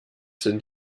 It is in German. sind